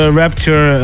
rapture